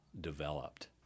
developed